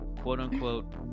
quote-unquote